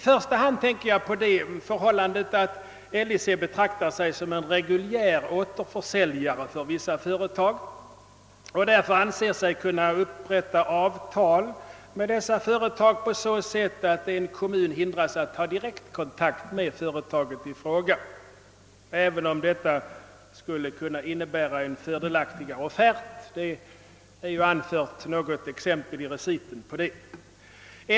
I första hand tänker jag på det förhållandet att LIC betraktar sig som en reguljär återförsäljare för vissa företag och därför anser sig kunna upprätta avtal med dessa på så sätt att en kommun hindras att ta direkt kontakt med företaget i fråga, även om detta skulle kunna innebära en fördelaktigare offert. Det har i reciten anförts ett exempel på detta.